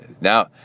now